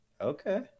Okay